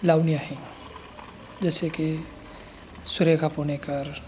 लावणी आहे जसे की सुरेखा पुणेकर